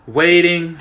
waiting